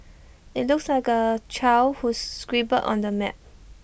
IT looks like A child who scribbled on the map